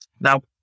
Now